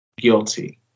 guilty